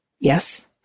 yes